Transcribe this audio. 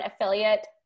affiliate